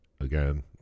again